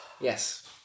Yes